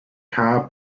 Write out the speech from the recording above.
tar